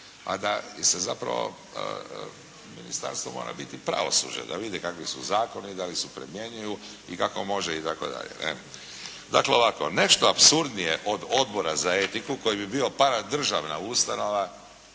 a da se zapravo ministarstvo mora biti pravosuđe, da vide kakvi su zakoni, da li se primjenjuju i kako može itd. Dakle ovako, nešto apsurdnije od Odbora za etiku koji bi bio paradržavna ustanova